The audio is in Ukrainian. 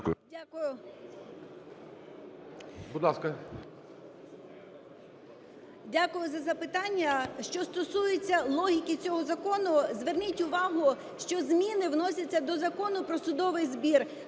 Дякую за запитання. Що стосується логіки цього закону. Зверніть увагу, що зміни вносяться до Закону "Про судовий збір".